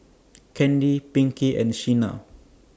Candy Pinkie and Shena